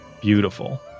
Beautiful